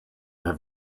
have